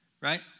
right